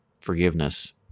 forgiveness